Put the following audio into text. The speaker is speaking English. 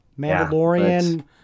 Mandalorian